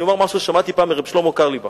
אומר משהו ששמעתי פעם מר' שלמה קרליבך.